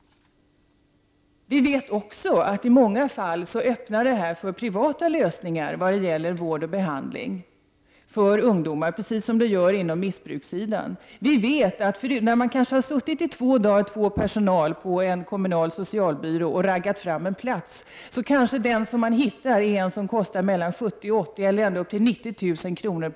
Vi vet också att detta i många fall öppnar för privata lösningar när det gäller vård och behandling för ungdomar, precis som när det gäller missbrukarna. Vi vet att när två personer på en kommunal socialbyrå kanske har suttit i två dagar för att ragga fram en plats, kanske den plats som de hittar är en som kostar mellan 70 000-90 000 kr.